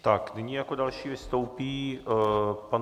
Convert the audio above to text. Tak nyní jako další vystoupí pan...